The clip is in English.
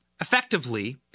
effectively